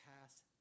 pass